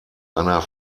einer